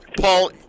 Paul